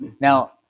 Now